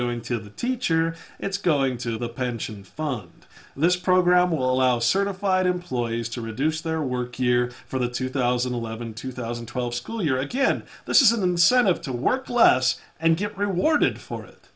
going to the teacher it's going to the pension fund and this program will allow certified employees to reduce their work year for the two thousand and eleven two thousand and twelve school year again this is an incentive to work less and get rewarded for it